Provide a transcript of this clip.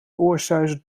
oorsuizen